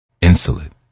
Insolent